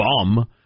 bum